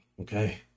okay